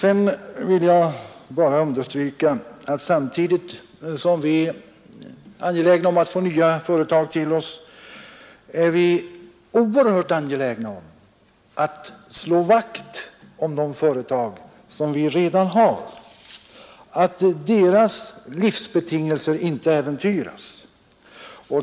Sedan vill jag bara understryka att samtidigt som vi är angelägna om att få nya företag till oss är vi oerhört angelägna om att slå vakt om de företag som vi redan har, att deras livsbetingelser inte äventyras.